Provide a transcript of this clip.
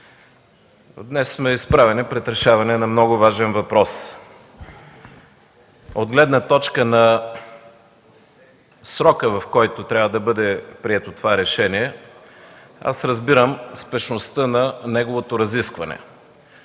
днес сме изправени пред решаване на много важен въпрос. От гледна точка на срока, в който трябва да бъде прието това решение, аз разбирам спешността на неговото разискване,